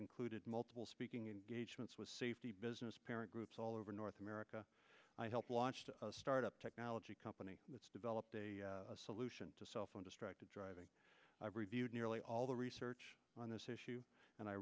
included multiple speaking engagements with safety business parent groups all over north america i helped launch the startup technology company that's developed a solution to on distracted driving i've reviewed nearly all the research on this issue and i